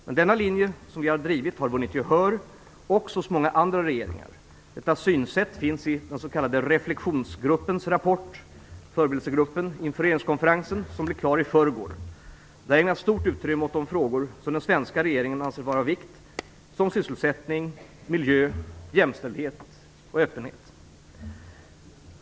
Men denna linje som vi drivit har vunnit gehör också hos många andra regeringar. Detta synsätt finns i den s.k. reflexionsgruppens, förberedelsegruppens, rapport inför regeringskonferensen. Rapporten blev klar i förrgår. Där ägnas stort utrymme åt de frågor som den svenska regeringen anser vara av vikt, såsom sysselsättning, miljö, jämställdhet och öppenhet.